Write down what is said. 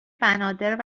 بنادر